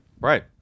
right